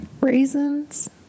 raisins